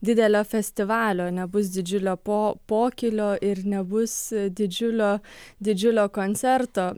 didelio festivalio nebus didžiulio po pokylio ir nebus didžiulio didžiulio koncerto